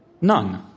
none